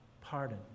pardon